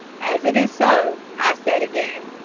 as it is so, i said again,